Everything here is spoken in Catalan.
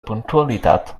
puntualitat